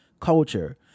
culture